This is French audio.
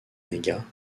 dégâts